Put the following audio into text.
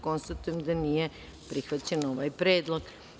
Konstatujem da nije prihvaćen ovaj predlog.